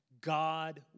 God